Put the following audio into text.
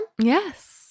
Yes